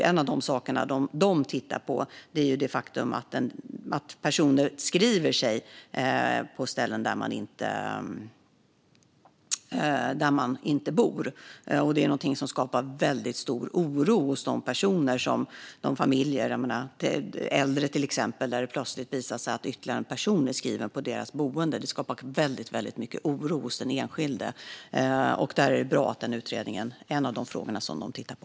En av de saker de tittar på är det faktum att personer skriver sig på ställen där de inte bor. Det är något som skapar väldigt stor oro hos de familjer - till exempel äldre - som plötsligt får veta att ytterligare en person är skriven på deras adress. Det skapar väldigt mycket oro hos den enskilde. Det är bra att detta är en av de frågor som utredningen tittar på.